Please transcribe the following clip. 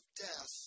death